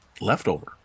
leftover